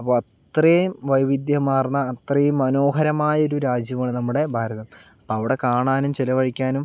അപ്പൊ അത്രയും വൈവിധ്യമാര്ന്ന അത്രയും മനോഹരമായൊരു രാജ്യമാണ് നമ്മുടെ ഭാരതം അവിടെ കാണാനും ചിലവഴിക്കാനും